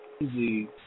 easy